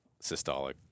systolic